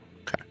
Okay